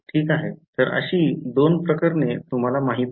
तर अशी 2 प्रकरणे तुम्हाला माहिती आहेत